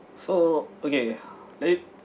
so okay like